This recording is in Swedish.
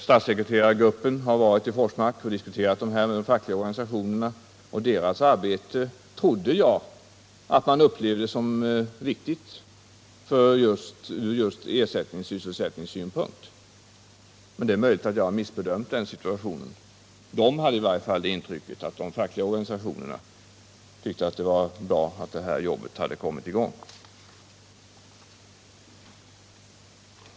Statssekreterargruppen har varit i Forsmark och diskuterat med de fackliga organisationerna och jag har träffat kommunernas representanter. Gruppens arbete trodde jag att man upplevde som viktigt just när det gäller ersättningssysselsättning, men det är möjligt att jag har missbedömt situationen. Statssekreterargruppen hade i alla fall det intrycket att de fackliga organisationerna tyckte att det var bra att detta arbete hade kommit i gång.